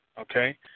okay